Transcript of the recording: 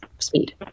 Speed